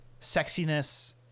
sexiness